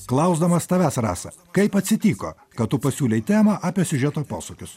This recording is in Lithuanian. klausdamas tavęs rasa kaip atsitiko kad tu pasiūlei temą apie siužeto posūkius